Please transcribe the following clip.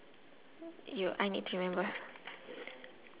I only have one which is the coat and skirt